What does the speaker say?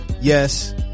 Yes